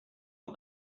got